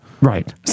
right